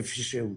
כפי שהוצע.